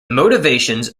motivations